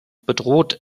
bedroht